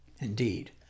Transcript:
Indeed